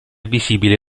visibile